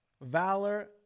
valor